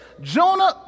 Jonah